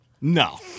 No